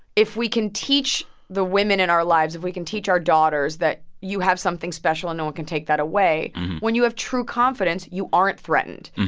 if we can teach the women in our lives, if we can teach our daughters that you have something special, and no one can take that away when you have true confidence, you aren't threatened.